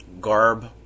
garb